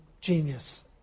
genius